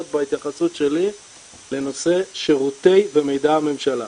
בהתייחסות שלי לנושא שירותי ומידע בממשלה.